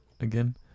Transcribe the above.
again